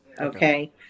Okay